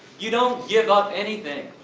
you don't give up anything!